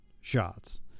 shots